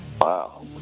Wow